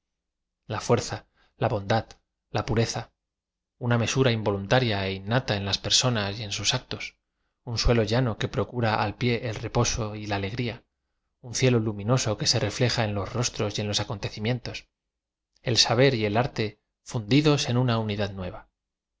a fuerza la bondad la puréza una mesura involuntaria é innata en las personas y en sus actos un suelo llano que procura al pie el re poso y la alegría un cielo luminoso que se refleja en los rostros y en los acontecimientos el saber y el arte fundidos en una unidad nueva